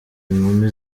inkumi